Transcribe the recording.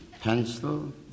Pencil